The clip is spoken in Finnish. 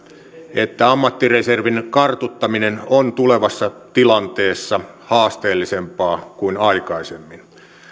että ammattireservin kartuttaminen on tulevassa tilanteessa haasteellisempaa kuin aikaisemmin